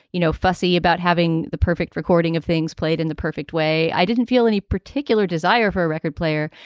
you know, fussy about having the perfect recording of things played in the perfect way. i didn't feel any particular desire for a record player,